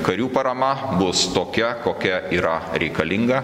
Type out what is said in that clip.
karių parama bus tokia kokia yra reikalinga